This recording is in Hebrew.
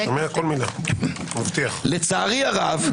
לצערי הרב,